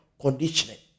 conditioning